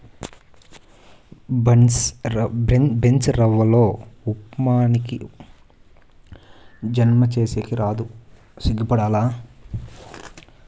బన్సీరవ్వతో ఉప్మా నీకీ జన్మకి సేసేకి రాదు సిగ్గుండాల